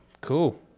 cool